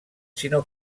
sinó